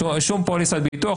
שום פוליסת ביטוח.